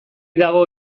dago